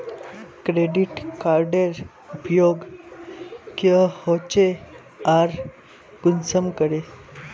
Credit कार्डेर उपयोग क्याँ होचे आर कुंसम करे?